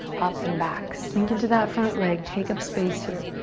up and back. sink into that front leg. take up space here.